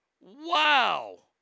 Wow